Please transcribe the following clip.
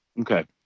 Okay